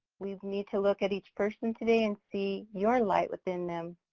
we need to look at each person today and see your light within them.